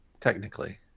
technically